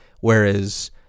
whereas